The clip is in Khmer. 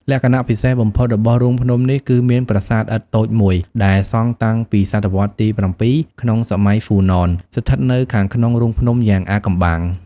លក្ខណៈពិសេសបំផុតរបស់រូងភ្នំនេះគឺមានប្រាសាទឥដ្ឋតូចមួយដែលសង់តាំងពីសតវត្សរ៍ទី៧ ក្នុងសម័យហ្វូណន ស្ថិតនៅខាងក្នុងរូងភ្នំយ៉ាងអាថ៌កំបាំង។